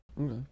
Okay